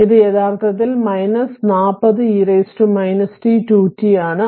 ഇത് യഥാർത്ഥത്തിൽ 40e t2t ആണ്